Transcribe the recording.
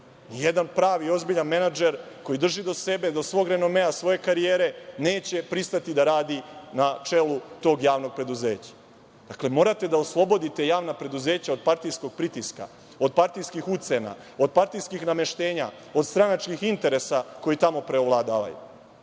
Nijedan pravi ozbiljan menadžer koji drži do sebe, do svog renomea, svoje karijere neće pristati da radi na čelu tog javnog preduzeća. Dakle, morate da oslobodite javna preduzeća od partijskog pritiska, od partijskih ucena, od partijskih nameštenja, od stranačkih interesa koji tamo preovladavaju.